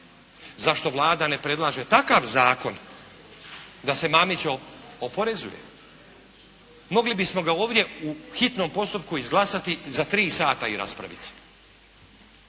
Zašto Vlada ne predlaže takav zakon da se Mamića oporezuje? Mogli bismo ga ovdje u hitnom postupku izglasati za tri sata i raspraviti,